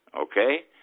okay